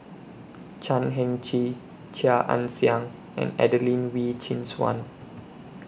Chan Heng Chee Chia Ann Siang and Adelene Wee Chin Suan